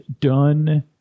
done